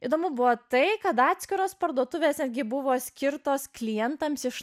įdomu buvo tai kad atskiros parduotuvės irgi buvo skirtos klientams iš